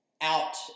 out